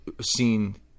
seen